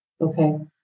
Okay